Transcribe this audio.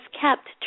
kept